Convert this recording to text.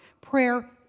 Prayer